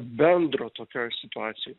bendro tokioj situacijoj